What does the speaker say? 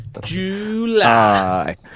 july